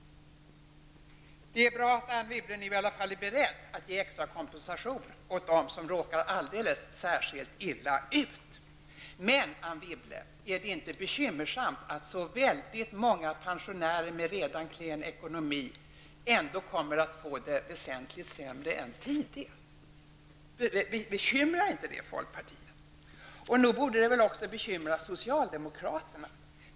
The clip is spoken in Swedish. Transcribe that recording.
Det är bra att Anne Wibble nu är beredd att ge extra kompensation till dem som råkar alldeles särskilt illa ut. Men, Anne Wibble, är det inte ett bekymmer att så många pensionärer med redan klen ekonomi ändå kommer att få det väsentligt sämre än tidigare? Bekymrar inte det folkpartiet? Nog borde det också bekymra socialdemokraterna.